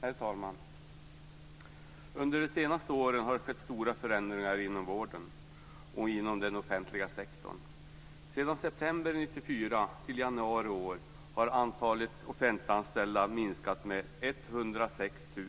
Herr talman! Under de senaste åren har det skett stora förändringar inom vården och inom den offentliga sektorn. Från september 1994 till januari i år har antalet offentliganställda minskat med 106 000.